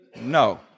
No